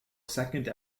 second